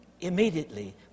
immediately